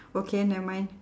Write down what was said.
okay never mind